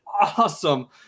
awesome –